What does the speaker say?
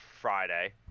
Friday